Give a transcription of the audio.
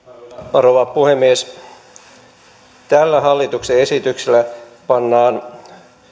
rouva puhemies tällä hallituksen esityksellä pannaan